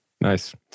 Nice